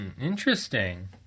interesting